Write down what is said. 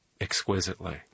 exquisitely